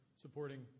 supporting